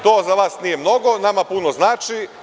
To za vas nije mnogo, nama puno znači…